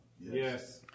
Yes